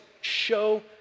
show